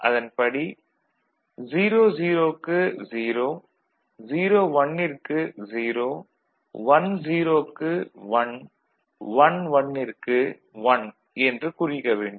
அதன்படி 00 க்கு 0 01 க்கு 0 10 க்கு 1 11 க்கு 1 என்று குறிக்க வேண்டும்